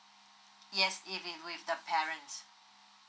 yes if it's with the parents